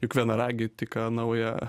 juk vienaragį tik ką naują